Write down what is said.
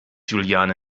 juliane